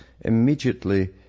immediately